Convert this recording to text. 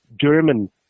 German